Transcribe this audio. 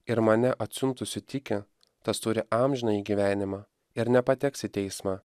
ir mane atsiuntusį tiki tas turi amžinąjį gyvenimą ir nepateks į teismą